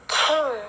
king